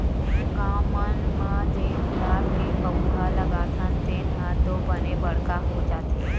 गॉव मन म जेन गुलाब के पउधा लगाथन तेन ह तो बने बड़का हो जाथे